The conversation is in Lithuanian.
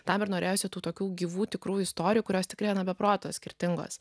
tam ir norėjosi tų tokių gyvų tikrų istorijų kurios tikrai na be proto skirtingos